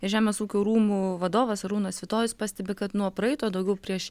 žemės ūkio rūmų vadovas arūnas svitojus pastebi kad nuo praeito daugiau prieš